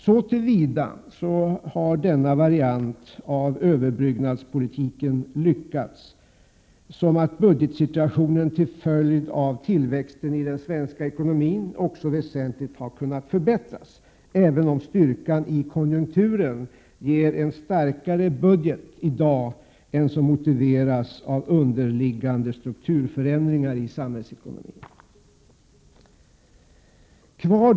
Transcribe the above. Så till vida har denna variant av överbryggnadspolitiken lyckats som att budgetsituationen till följd av tillväxten i den svenska ekonomin också väsentligt har kunnat förbättras, även om styrkan i konjunkturen ger en starkare budget i dag än som motiveras av underliggande strukturförändringar i samhällsekonomin.